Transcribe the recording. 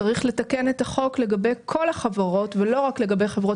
צריך לתקן את החוק לגבי כל החברות ולא רק לגבי חברות